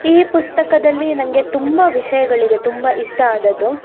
ಈ ಪುಸ್ತಕದಲ್ಲಿ ನಂಗೆ ತುಂಬ ವಿಷಯಗಳಿದೆ ತುಂಬ ಇಷ್ಟ ಆದದ್ದು